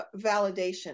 validation